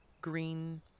green